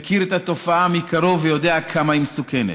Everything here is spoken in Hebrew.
מכיר את התופעה מקרוב ויודע כמה היא מסוכנת.